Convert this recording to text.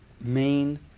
main